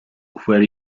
where